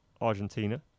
Argentina